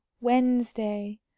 wednesday